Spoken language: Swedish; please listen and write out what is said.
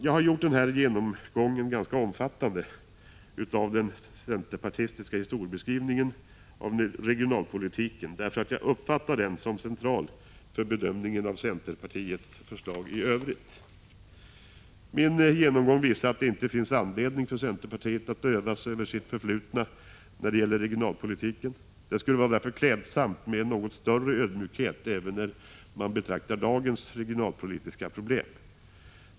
Jag har gjort den här genomgången av den centerpartistiska historieskrivningen av regionalpolitiken ganska omfattande, därför att jag uppfattar den som central för bedömningen av centerpartiets förslag i övrigt. Min genomgång visar att det inte finns anledning för centerpartiet att yvas över sitt förflutna när det gäller regionalpolitiken. Det skulle därför vara klädsamt med en något större ödmjukhet även när man betraktar dagens regionalpolitiska problem.